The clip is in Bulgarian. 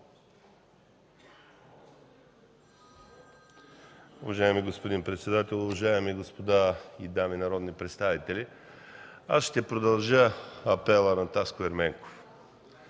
Уважаеми господин председател, уважаеми господа и дами народни представители! Аз ще продължа апела на Таско Ерменков.